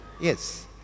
Yes